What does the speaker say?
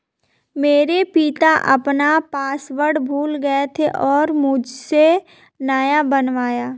मेरे पिता अपना पासवर्ड भूल गए थे और मुझसे नया बनवाया